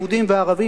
יהודים וערבים,